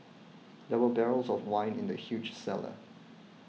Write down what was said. there were barrels of wine in the huge cellar